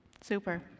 Super